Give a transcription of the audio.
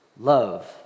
Love